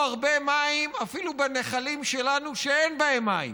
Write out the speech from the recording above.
הרבה מים אפילו בנחלים שלנו שאין בהם מים.